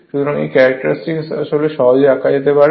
সুতরাং এই ক্যারেক্টারিস্টিক আসলে সহজে আঁকা যেতে পারে